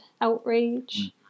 outrage